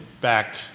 back